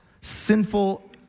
sinful